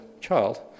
child